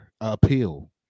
appeal